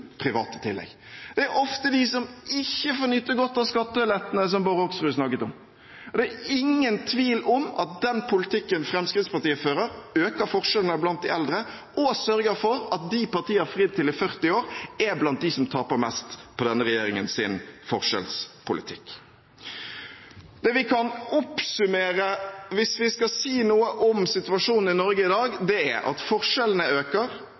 private tillegg. Det er ofte de som ikke får nyte godt av skattelettene som representanten Bård Hoksrud snakket om. Det er ingen tvil om at den politikken Fremskrittspartiet fører, øker forskjellene blant de eldre og sørger for at dem partiet har fridd til i 40 år, er blant dem som taper mest på denne regjeringens forskjellspolitikk. Det vi kan oppsummere med, hvis vi skal si noe om situasjonen i Norge i dag, er at forskjellene øker,